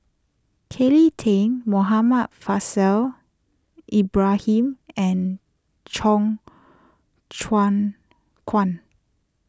Kelly Tang Muhammad Faishal Ibrahim and Cheong Choong Kong